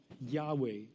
Yahweh